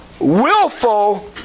willful